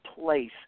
place